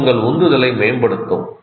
இது உங்கள் உந்துதலை மேம்படுத்தும்